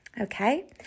Okay